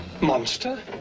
Monster